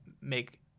make